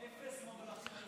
אפס ממלכתיות.